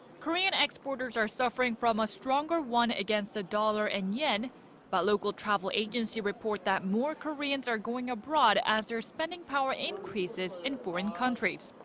korean exporters are suffering from a stronger won against the dollar and yen but local travel agencies report that more koreans are going abroad as their spending power increases in foreign countries.